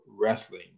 wrestling